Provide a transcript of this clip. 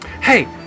Hey